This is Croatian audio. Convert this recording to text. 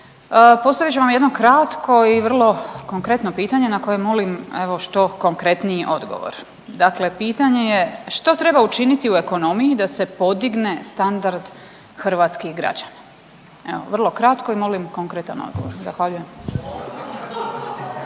postavit ću vam jedno kratko i vrlo konkretno pitanje na koje molim evo što konkretniji odgovor. Dakle, pitanje je što treba učiniti u ekonomiji da se podigne standard hrvatskih građana? Evo vrlo kratko i molim konkretan odgovor. Zahvaljujem.